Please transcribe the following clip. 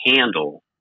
handle